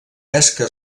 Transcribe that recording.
pesca